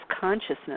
consciousness